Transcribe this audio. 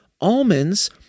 Almonds